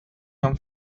and